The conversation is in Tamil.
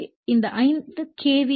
எனவே இந்த 5 கே